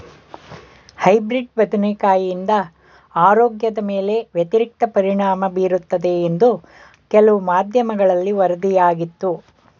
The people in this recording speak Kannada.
ಹೈಬ್ರಿಡ್ ಬದನೆಕಾಯಿಂದ ಆರೋಗ್ಯದ ಮೇಲೆ ವ್ಯತಿರಿಕ್ತ ಪರಿಣಾಮ ಬೀರುತ್ತದೆ ಎಂದು ಕೆಲವು ಮಾಧ್ಯಮಗಳಲ್ಲಿ ವರದಿಯಾಗಿತ್ತು